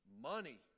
money